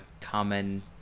common